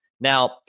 Now